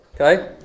okay